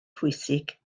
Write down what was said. pwysig